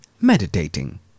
meditating